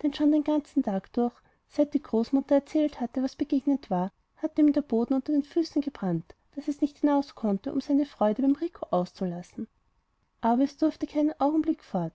denn schon den ganzen tag durch seit die großmutter erzählt hatte was begegnet war hatte ihm der boden unter den füßen gebrannt daß es nicht hinaus konnte um seine freude beim rico auszulassen aber es durfte keinen augenblick fort